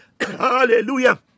hallelujah